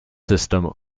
system